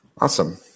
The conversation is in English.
Awesome